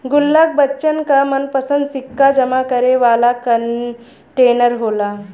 गुल्लक बच्चन क मनपंसद सिक्का जमा करे वाला कंटेनर होला